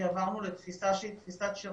כי עברנו לתפיסה שהיא תפיסת שירות,